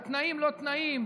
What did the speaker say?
בתנאים-לא-תנאים,